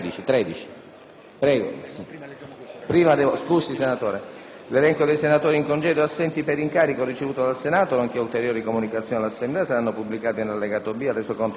apre una nuova finestra"). L'elenco dei senatori in congedo e assenti per incarico ricevuto dal Senato, nonché ulteriori comunicazioni all'Assemblea saranno pubblicati nell'allegato B al Resoconto della seduta odierna.